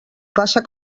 passa